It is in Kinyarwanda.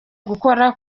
gukora